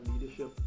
leadership